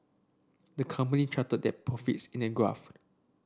the company charted their profits in an graph